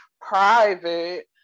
private